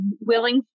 willing